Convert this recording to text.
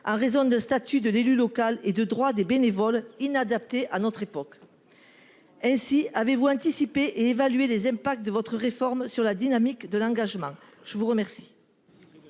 en raison d'un statut de l'élu local et de droits des bénévoles inadaptés à notre époque. Aussi, avez-vous anticipé et évalué les conséquences de votre réforme sur la dynamique de l'engagement ? La parole